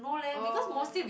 oh